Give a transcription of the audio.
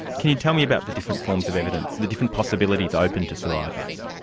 can you tell me about the different forms of evidence, the different possibilities open to survivors?